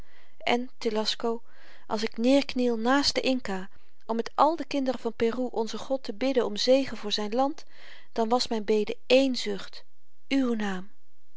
en telasco als ik neêrkniel naast den inca om met al de kinderen van peru onzen god te bidden om zegen voor zyn land dan was myn bede één zucht uw naam